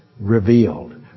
revealed